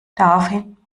daraufhin